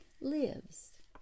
lives